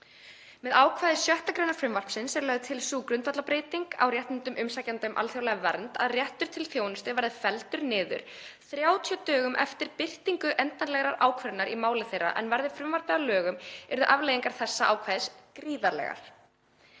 Með ákvæði 6. gr. frumvarpsins er lögð til sú grundvallarbreyting á réttindum umsækjenda um alþjóðlega vernd að réttur til þjónustu verður felldur niður 30 dögum eftir birtingu endanlegrar ákvörðunar í máli þeirra en verði frumvarpið að lögum yrðu afleiðingar þessa ákvæðis gríðarlegar.